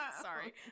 Sorry